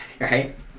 Right